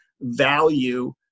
value